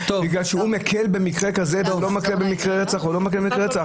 בגלל שהוא מקל במקרה כזה או לא מקל במקרה רצח או כן מקל במקרה רצח?